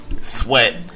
sweat